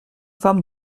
femme